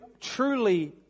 truly